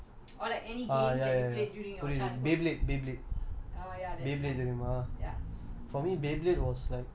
in to be back in action or like any games that you play during your childhood err ya that's nice